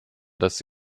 dass